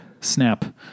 Snap